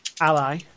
ally